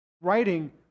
writing